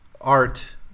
art